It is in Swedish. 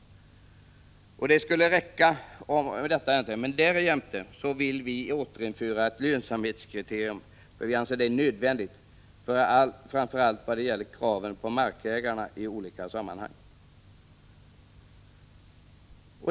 Det skulle räcka med dessa, men därjämte vill vi återinföra ett lönsamhetskriterium, som vi anser är nödvändigt framför allt vad gäller kraven på markägarna i olika sammanhang.